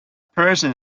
person